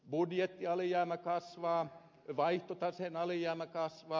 budjettialijäämä kasvaa vaihtotaseen alijäämä kasvaa